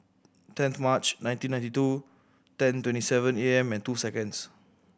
tenth March nineteen ninety two ten twenty seven A M and two seconds